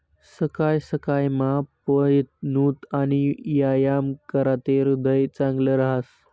सकाय सकायमा पयनूत आणि यायाम कराते ह्रीदय चांगलं रहास